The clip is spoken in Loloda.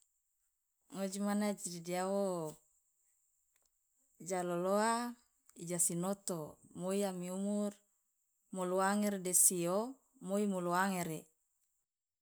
Ngoji man aji dodiawo ja lolowa ijasinoto moi ami umur mluangere de sio moi moluangere.